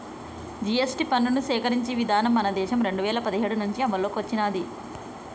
GST పన్నుని సేకరించే విధానం మన దేశంలో రెండు వేల పదిహేడు నుంచి అమల్లోకి వచ్చినాది